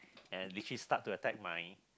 and literally start to attack my